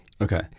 Okay